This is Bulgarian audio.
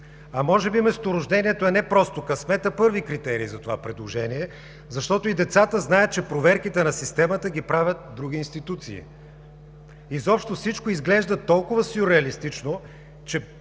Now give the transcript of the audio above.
А може би месторождението е не просто късмет, а първи критерий за това предложение, защото и децата знаят, че проверките на системата ги правят други институции. Изобщо всичко изглежда толкова сюрреалистично, че